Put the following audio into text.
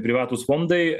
privatūs fondai